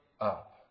up